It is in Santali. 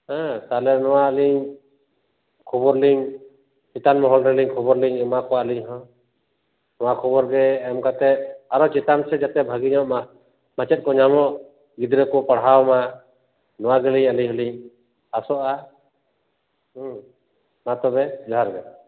ᱦᱮᱸ ᱛᱟᱦᱚᱞᱮ ᱱᱚᱣᱟ ᱟᱹᱞᱤᱧ ᱠᱷᱚᱵᱚᱨ ᱞᱤᱧ ᱪᱮᱛᱟᱱ ᱢᱚᱦᱚᱞ ᱨᱮᱞᱤᱧ ᱠᱷᱚᱵᱚᱨ ᱞᱤᱧ ᱮᱢᱟ ᱠᱚᱣᱟ ᱞᱤᱧ ᱦᱚᱸ ᱱᱚᱣᱟ ᱠᱷᱚᱵᱚᱨ ᱜᱮ ᱮᱢ ᱠᱟᱛᱮ ᱟᱨᱚ ᱪᱮᱛᱟᱱ ᱥᱮᱫ ᱡᱟᱛᱮ ᱵᱷᱟᱹᱜᱤ ᱧᱚᱜ ᱢᱟᱪᱮᱫ ᱠᱚ ᱧᱟᱢᱚᱜ ᱜᱤᱫᱽᱨᱟᱹ ᱠᱚ ᱯᱟᱲᱦᱟᱣ ᱢᱟ ᱱᱚᱣᱟ ᱜᱮᱞᱤᱧ ᱟᱹᱞᱤᱧ ᱦᱚᱞᱤᱧ ᱟᱥᱚᱜᱼᱟ ᱢᱟ ᱛᱚᱵᱮ ᱡᱚᱦᱟᱨ ᱜᱮ